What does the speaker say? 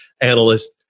analyst